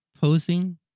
posing